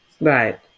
Right